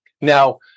Now